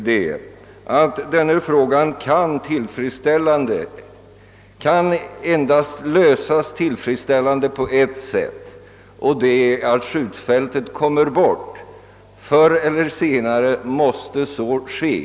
Den här frågan kan lösas tillfredsställande endast på ett sätt, nämligen att skjutfältet kommer bort, och förr eller senare måste så ske.